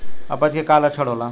अपच के का लक्षण होला?